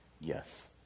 yes